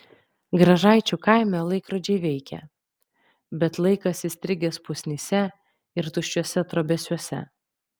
gražaičių kaime laikrodžiai veikia bet laikas įstrigęs pusnyse ir tuščiuose trobesiuose